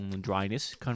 dryness